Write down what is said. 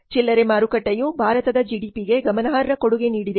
ಚಿಲ್ಲರೆ ಮಾರುಕಟ್ಟೆಯು ಭಾರತದ ಜಿಡಿಪಿಗೆ ಗಮನಾರ್ಹ ಕೊಡುಗೆ ನೀಡಿದೆ